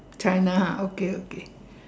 China ha okay okay